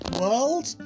world